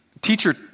teacher